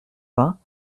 vingts